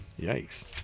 Yikes